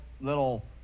little